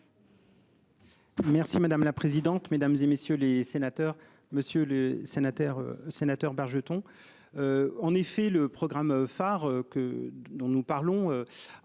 Merci madame la présidente, mesdames et messieurs les sénateurs, Monsieur le Sénateur sénateur Bargeton. En effet, le programme phare que dont nous parlons.